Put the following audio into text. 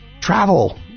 travel